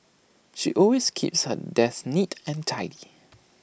she always keeps her desk neat and tidy